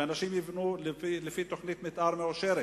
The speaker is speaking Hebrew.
שאנשים יבנו לפי תוכנית מיתאר מאושרת,